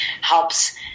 helps